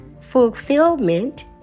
Fulfillment